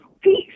peace